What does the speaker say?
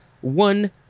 One